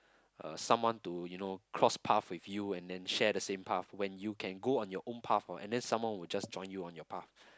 a someone to you know cross path with you and then share the same path when you can go on your on path what and then someone will just join you on your path